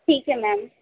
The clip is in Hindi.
ठीक है मैम